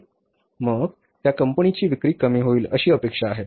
मग त्या कंपनीची विक्री कमी होईल अशी अपेक्षा आहे